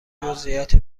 جزییات